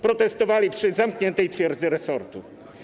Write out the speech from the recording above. Protestowali przy zamkniętej twierdzy resortu.